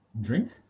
drink